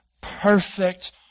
perfect